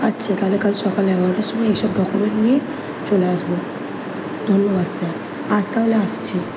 আচ্ছা তাহলে কাল সকাল এগারোটার সময় এসব ডকুমেন্ট নিয়ে চলে আসব ধন্যবাদ স্যার আজ তাহলে আসছি